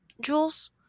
Jules